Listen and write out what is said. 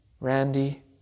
Randy